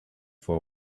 for